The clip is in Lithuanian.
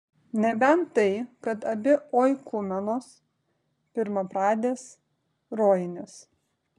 nebent tai kad abi oikumenos pirmapradės rojinės